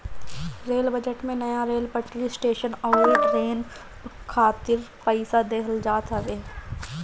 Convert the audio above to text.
rail budget में नया rail पटरी, स्टेशन अउरी ट्रेन खातिर पईसा देहल जात हवे